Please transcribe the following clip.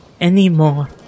anymore